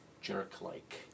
jerk-like